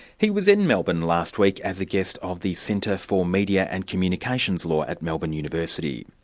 he was in melbourne last week as a guest of the centre for media and communications law at melbourne university.